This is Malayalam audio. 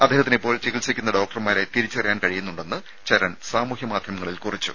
അദ്ദേഹത്തിന് ഇപ്പോൾ ചികിത്സിക്കുന്ന ഡോക്ടർമാരെ തിരിച്ചറിയാൻ കഴിയുന്നുണ്ടെന്ന് ചരൺ സാമൂഹ്യ മാധ്യമങ്ങളിൽ കുറിച്ചു